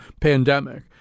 pandemic